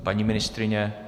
Paní ministryně?